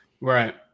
Right